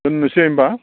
दोननोसै होमबा